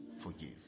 forgive